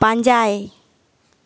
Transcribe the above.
ᱯᱟᱸᱡᱟᱭ